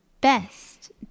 best